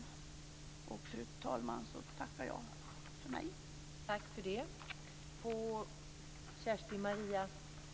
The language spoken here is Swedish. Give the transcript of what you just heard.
Med detta, fru talman, tackar jag för mig.